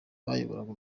bayoboraga